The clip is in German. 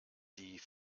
die